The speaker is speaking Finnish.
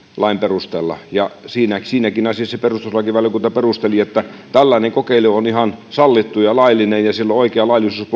perusteella siinäkin asiassa perustuslakivaliokunta perusteli että tällainen kokeilu on ihan sallittu ja laillinen ja sillä on oikea laillisuuspohja